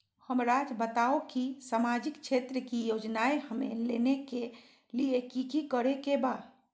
हमराज़ बताओ कि सामाजिक क्षेत्र की योजनाएं हमें लेने के लिए कि कि करे के बा?